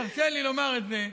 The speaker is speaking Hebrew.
תרשה לי לומר את זה,